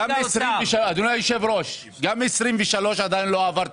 גם 2024 לא עבר תקציב.